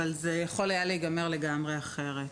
אבל זה יכול היה להיגמר לגמרי אחרת.